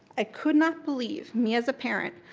i could not believe me, as a parent,